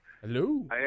Hello